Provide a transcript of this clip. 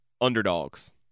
underdogs